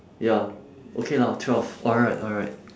ya okay lah twelve alright alright